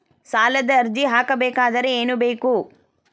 ಸಾಲದ ಅರ್ಜಿ ಹಾಕಬೇಕಾದರೆ ಏನು ಬೇಕು?